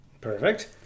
perfect